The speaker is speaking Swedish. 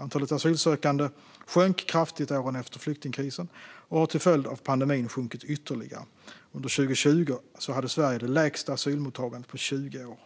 Antalet asylsökande sjönk kraftigt åren efter flyktingkrisen och har till följd av pandemin sjunkit ytterligare. Under 2020 hade Sverige det lägsta asylmottagandet på 20 år.